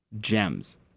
Gems